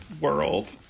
world